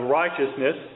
righteousness